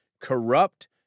corrupt